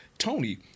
tony